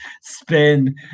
spin